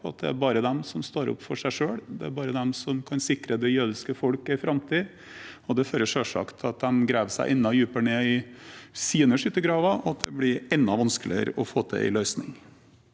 at det bare er de som står opp for seg selv, at det bare er de som kan sikre det jødiske folk en framtid. Det fører selvsagt til at de graver seg enda dypere ned i sine skyttergraver, og at det blir enda vanskeligere å få til en løsning.